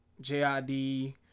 J-I-D